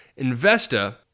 Investa